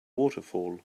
waterfall